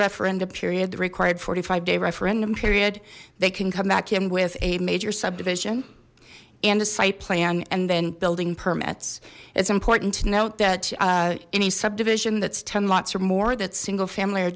referenda period required forty five day referendum period they can come back in with a major subdivision and a site plan and then building permits it's important to note that any subdivision that's ten lots or more that single family or